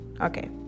Okay